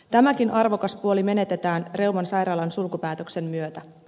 tämäkin arvokas puoli menetetään reuman sairaalan sulkupäätöksen myötä